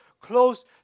close